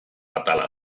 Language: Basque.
atala